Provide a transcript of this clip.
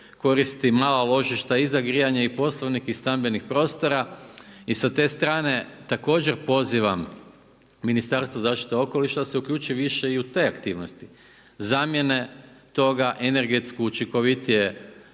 koristi mala ložišta i za grijanje i poslovnih i stambenih prostora i sa te strane također pozivam Ministarstvo zaštite okoliša da se uključi više i u te aktivnosti. Zamjene toga energetsko učinkovitije